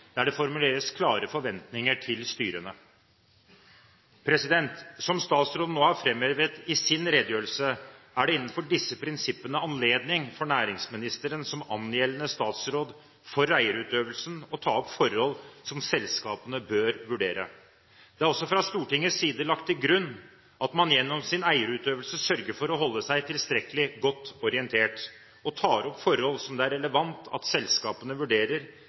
der det formuleres klare forventninger til styrene. Som statsråden nå har framhevet i sin redegjørelse, er det innenfor disse prinsippene anledning for næringsministeren som angjeldende statsråd for eierutøvelsen, å ta opp forhold som selskapet bør vurdere. Det er også fra Stortingets side lagt til grunn at man gjennom sin eierutøvelse sørger for å holde seg tilstrekkelig godt orientert, og tar opp forhold som det er relevant at selskapene vurderer